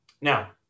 Now